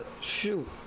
shoot